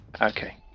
okay